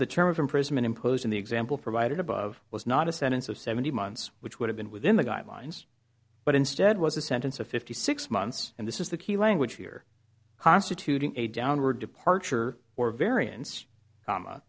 the term of imprisonment imposed in the example provided above was not a sentence of seventy months which would have been within the guidelines but instead was a sentence of fifty six months and this is the key language here constituting a downward departure or variance comma